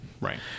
right